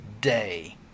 day